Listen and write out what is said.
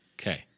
Okay